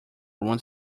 one